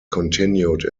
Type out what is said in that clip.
continued